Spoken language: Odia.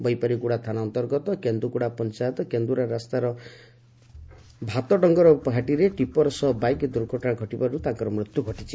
ବୈପାରୀଗୁଡା ଥାନା ଅନ୍ତର୍ଗତ କେନ୍ ଗୁଡା ପଞ୍ଚାୟତର କୁନ୍ଦୁରା ରାସ୍ତାର ଭାତଡଙଙ ଘାଟିରେ ଟିପର ସହ ବାଇକ ଦୁର୍ଘଟଶା ହେବାଫଳରେ ତାଙ୍କର ମୃତ୍ୟୁ ଘଟିଛି